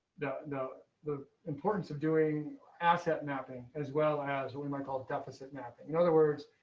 the, you know the importance of doing asset mapping as well as what we might call deficit mapping. in other words,